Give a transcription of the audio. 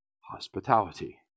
hospitality